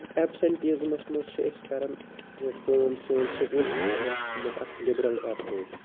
اٮ۪پسیٹیٖزمس منٛز چھِ أسۍ کرن کٲم سٲنۍ سکوٗل سِسٹَمَن چھُ تھومُت اکھ لِبرَل ایپروچ